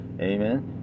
amen